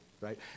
right